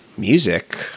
music